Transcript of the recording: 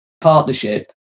partnership